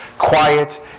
quiet